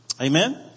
Amen